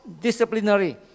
disciplinary